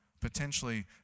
potentially